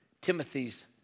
Timothy's